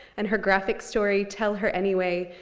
and her graphic story, tell her anyway,